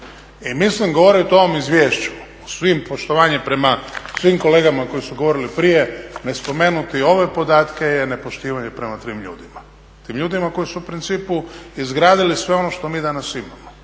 i mislim govoriti o ovom izvješću, … poštovanje prema svim kolegama koji su govorili prije, ne spomenuti ove podatke je nepoštivanje prema tim ljudima. Tim ljudima koji su u principu izgradili sve ono što mi danas imamo.